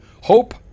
Hope